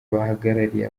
bahagarariye